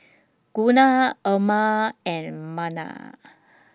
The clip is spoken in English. Gunnar Irma and Merna